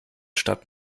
statt